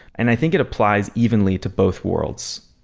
and i think it applies evenly to both worlds,